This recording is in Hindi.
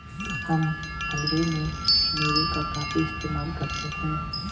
हम हलवे में मेवे का काफी इस्तेमाल करते हैं